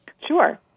Sure